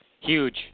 Huge